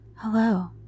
Hello